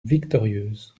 victorieuse